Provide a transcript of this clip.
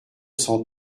cent